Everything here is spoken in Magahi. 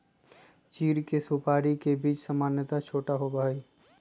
चीड़ के सुपाड़ी के बीज सामन्यतः छोटा होबा हई